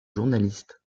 journalistes